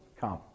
come